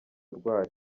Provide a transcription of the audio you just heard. rwayo